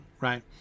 right